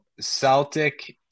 Celtic